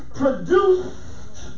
produced